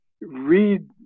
read